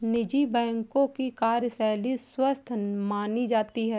निजी बैंकों की कार्यशैली स्वस्थ मानी जाती है